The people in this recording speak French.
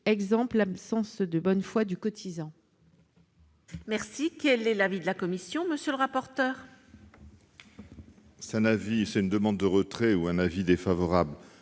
comme l'absence de bonne foi du cotisant.